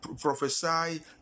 prophesy